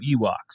Ewoks